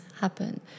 happen